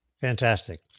Fantastic